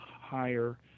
higher